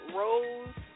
rose